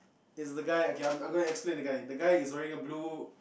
is the guy okay I'm I'm going to explain the guy the guy is wearing a blue